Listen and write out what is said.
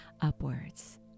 upwards